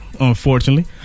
Unfortunately